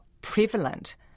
prevalent